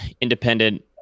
independent